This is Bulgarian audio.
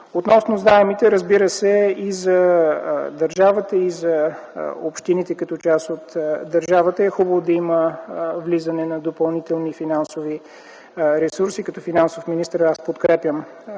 Относно заемите – за държавата и за общините като част от държавата е хубаво да има влизане на допълнителни финансови ресурси. Като финансов министър аз подкрепям